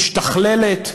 משתכללת.